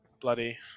bloody